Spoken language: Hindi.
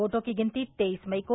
वोटों की गिनती तेईस मई को